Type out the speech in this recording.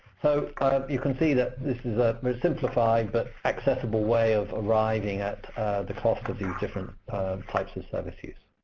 so kind of you can see that this is a simplified but accessible way of arriving at the cost of these different types of service use.